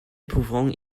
pouvant